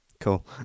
Cool